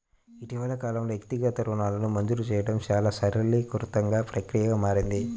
ఇటీవలి కాలంలో, వ్యక్తిగత రుణాలను మంజూరు చేయడం చాలా సరళీకృత ప్రక్రియగా మారింది